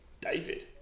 David